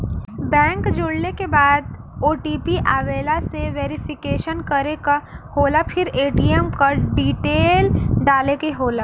bank जोड़ले के बाद ओ.टी.पी आवेला से वेरिफिकेशन करे क होला फिर ए.टी.एम क डिटेल डाले क होला